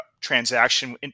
transaction